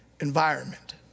environment